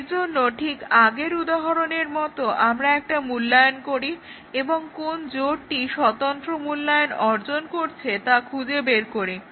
এর জন্য ঠিক আগের উদাহরণের মত আমরা একটা মূল্যায়ন করি এবং কোন জোড়টি স্বতন্ত্র মূল্যায়ন অর্জন করছে তা খুঁজে বার করি